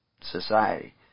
society